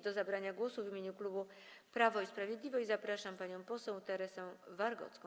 Do zabrania głosu w imieniu klubu Prawo i Sprawiedliwość zapraszam panią poseł Teresę Wargocką.